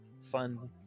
fun